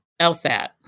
LSAT